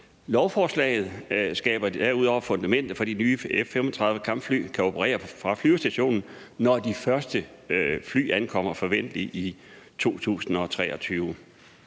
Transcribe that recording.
Lovforslaget skaber derudover fundamentet for, at de nye F-35-kampfly kan operere fra flyvestationen, når de første fly ankommer – forventeligt i 2023.